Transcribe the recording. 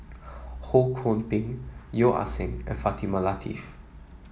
Ho Kwon Ping Yeo Ah Seng and Fatimah Lateef